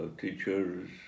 teachers